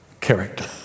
Character